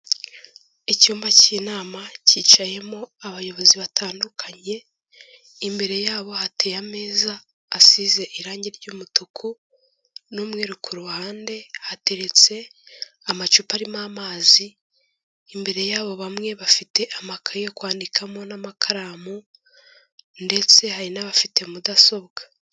Icyumba cy'inama cyicayemo abayobozi batandukanye, imbere yabo hateye ameza asize irangi ry'umutuku n'umweru, ku ruhande hateretse amacupa arimo amazi, imbere yabo bamwe bafite amakaye yo kwandikamo n'amakaramu ndetse hari n'abafite mudasobwa.